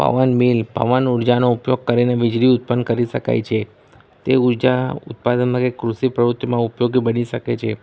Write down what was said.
પવન મિલ પવન ઉર્જાનો ઉપયોગ કરીને વીજળી ઉત્પન્ન કરી શકાય છે તે ઉર્જા ઉત્પાદનમાં કે કૃષિ પ્રવૃત્તિમાં ઉપયોગી બની શકે છે